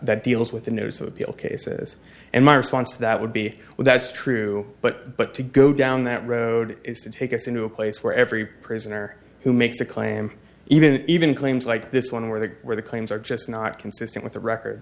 that deals with the news of all cases and my response to that would be well that's true but but to go down that road is to take us into a place where every prisoner who makes a claim even even claims like this one where the where the claims are just not consistent with the record